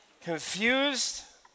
confused